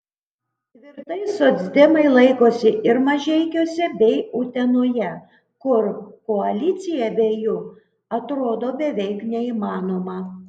tvirtai socdemai laikosi ir mažeikiuose bei utenoje kur koalicija be jų atrodo beveik neįmanoma